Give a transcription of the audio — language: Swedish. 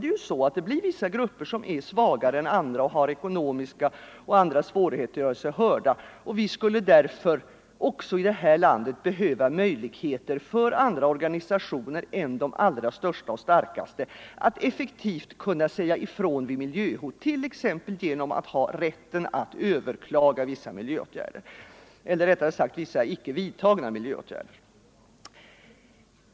Men i båda fallen är vissa grupper svagare än andra och har ekonomiska svårigheter att göra sig hörda. Vi skulle därför också i detta land behöva möjligheter för andra organisationer än de allra största och starkaste att effektivt säga ifrån vid miljöhot, t.ex. genom rätten att överklaga vissa beslutade men icke vidtagna miljöåtgärder.